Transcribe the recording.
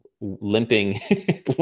limping